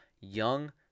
young